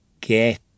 get